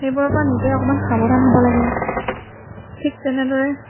সেইবোৰৰ পৰা নিজে অকণমান সাৱধান হ'ব লাগে ঠিক তেনেদৰে